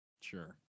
Sure